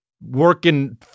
working